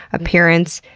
appearance,